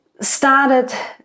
started